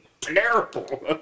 terrible